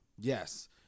Yes